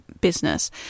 business